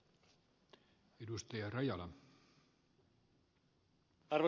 arvoisa puhemies